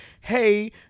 Hey